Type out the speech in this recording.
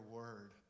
word